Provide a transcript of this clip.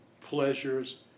pleasures